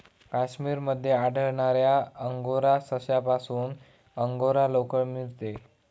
काश्मीर मध्ये आढळणाऱ्या अंगोरा सशापासून अंगोरा लोकर मिळते